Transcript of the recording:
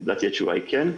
לדעתי התשובה היא כן.